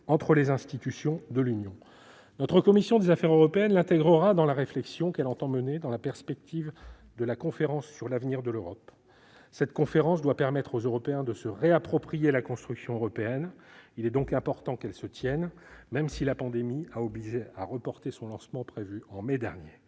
entre les institutions de l'Union. Notre commission des affaires européennes en tiendra compte dans la réflexion qu'elle entend mener dans la perspective de la conférence sur l'avenir de l'Europe. Cette conférence doit permettre aux Européens de se réapproprier la construction européenne : il est donc important qu'elle ait lieu, même si la pandémie a contraint de reporter son lancement, prévu en mai dernier.